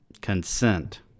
consent